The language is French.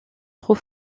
trop